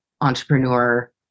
entrepreneur